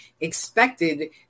expected